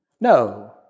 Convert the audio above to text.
No